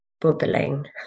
bubbling